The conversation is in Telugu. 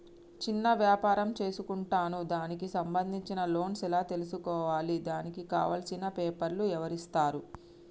చిన్న వ్యాపారం చేసుకుంటాను దానికి సంబంధించిన లోన్స్ ఎలా తెలుసుకోవాలి దానికి కావాల్సిన పేపర్లు ఎవరిస్తారు?